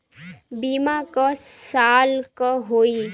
बीमा क साल क होई?